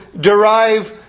derive